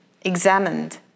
examined